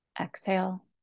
exhale